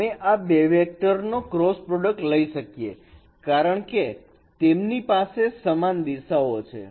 અમે આ બે વેક્ટરનો ક્રોસ પ્રોડક્ટ લઈ શકીએ કારણ કે તેમની પાસે સમાન દિશાઓ છે